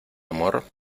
amor